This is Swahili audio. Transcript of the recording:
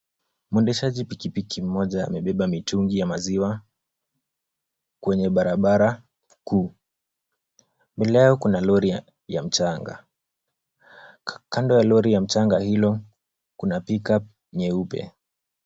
Mwendeshaji pikipiki mmoja amebeba mitungi ya maziwa kwenye barabara kuu. Mbele yao kuna lori ya mchanga. Kando ya lori ya mchanga hilo kuna pick-up nyeupe.